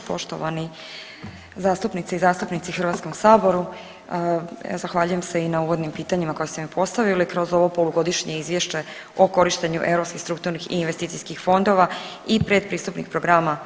Poštovani zastupnici i zastupnice u Hrvatskom saboru, evo zahvaljujem se i na uvodim pitanjima koja ste mi postavili kroz ovo polugodišnje Izvješće o korištenju europskih strukturnih i investicijskih fondova i pretpristupnih programa